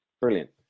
Brilliant